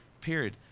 period